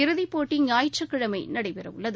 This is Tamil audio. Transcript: இறுதி போட்டி ஞாயிற்றுக்கிழமை நடைபெறவுள்ளது